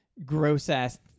gross-ass